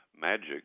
magic